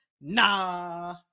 Nah